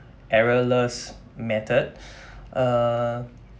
errorless method uh